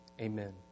Amen